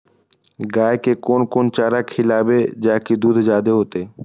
गाय के कोन कोन चारा खिलाबे जा की दूध जादे होते?